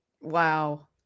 Wow